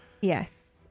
Yes